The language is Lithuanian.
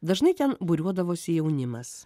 dažnai ten būriuodavosi jaunimas